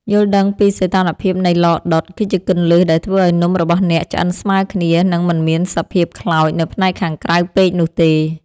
យល់ដឹងពីសីតុណ្ហភាពនៃឡដុត គឺជាគន្លឹះដែលធ្វើឱ្យនំរបស់អ្នកឆ្អិនស្មើគ្នា និង មិនមានសភាពខ្លោចនៅផ្នែកខាងក្រៅពេកនោះទេ។